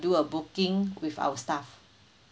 do a booking with our staff